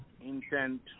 intent